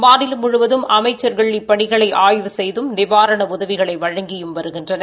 மாநிலம் முழுவதும் அமைச்சா்கள் இப்பணிகளை ஆய்வு செய்தும் நிவாரண உதவிகளை வழங்கியும் வருகின்றனர்